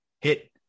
hit